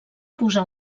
posar